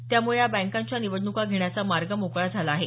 त्यामुळे या बँकांच्या निवडणुका घेण्याचा मार्ग मोकळा झाला आहे